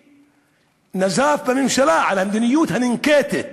ונזף בממשלה על המדיניות הננקטת